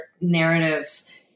narratives